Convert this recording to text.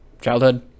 childhood